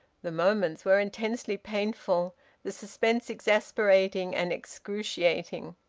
the moments were intensely painful the suspense exasperating and excruciating.